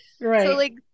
Right